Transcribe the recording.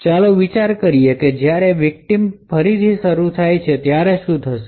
ચાલો વિચાર કરીએ કે જ્યારે વિકટીમ ફરીથી શરૂ થાય ત્યારે શું થશે